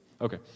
okay